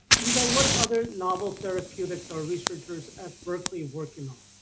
eva, what other novel therapeutics are researchers at berkeley working on?